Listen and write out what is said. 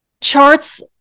charts